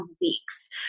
weeks